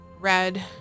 Red